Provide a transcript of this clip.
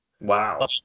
Wow